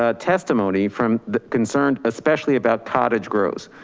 ah testimony from the concerned, especially about cottage grows.